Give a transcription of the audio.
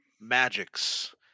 magics